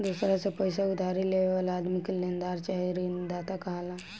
दोसरा से पईसा उधारी लेवे वाला आदमी के लेनदार चाहे ऋणदाता कहाला